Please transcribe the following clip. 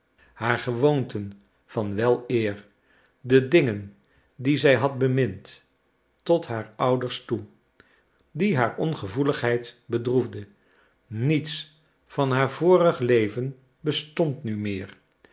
haar gewoonten van weleer de dingen die zij had bemind tot haar ouders toe die haar ongevoeligheid bedroefde niets van haar vorig loven bestond nu meer